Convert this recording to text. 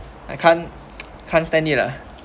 I cant can't stand it lah because